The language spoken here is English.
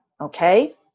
Okay